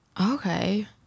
Okay